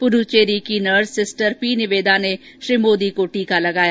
पुदुचेरी की nurse sister P Niveda ने श्री मोदी को टीका लगाया